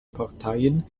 parteien